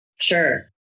Sure